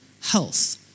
health